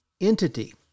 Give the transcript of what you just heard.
entity